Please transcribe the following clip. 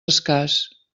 escàs